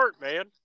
man